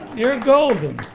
you're golden.